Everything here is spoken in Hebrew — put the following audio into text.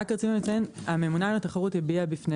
רצינו לציין הממונה על התחרות הביעה בפני